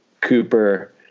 Cooper